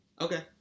Okay